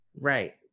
Right